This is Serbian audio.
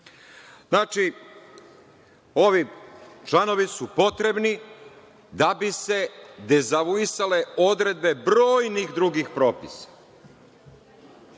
opcije? Znači, ovi članovi su potrebni da bi se dezavuisale odredbe brojnih drugih propisa.